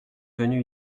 venu